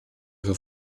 ihre